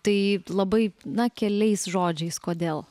tai labai na keliais žodžiais kodėl